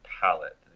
palette